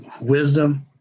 wisdom